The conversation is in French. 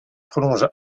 prolonge